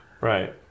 Right